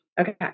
Okay